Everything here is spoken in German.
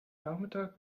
nachmittag